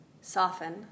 soften